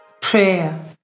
Prayer